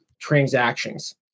transactions